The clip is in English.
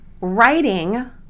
writing